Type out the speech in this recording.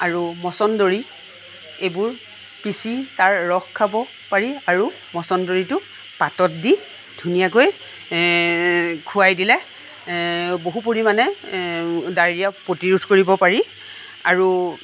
আৰু মচন্দৰি এইবোৰ পিচি তাৰ ৰস খাব পাৰি আৰু মচন্দৰিটো পাতত দি ধুনীয়াকৈ খোৱাই দিলে বহু পৰিমাণে ডায়েৰিয়া প্ৰতিৰোধ কৰিব পাৰি আৰু